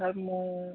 ହଁ ସାର୍ ମୁଁ